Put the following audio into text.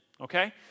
Okay